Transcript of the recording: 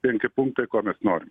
penki punktai ko mes norim